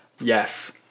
Yes